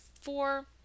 four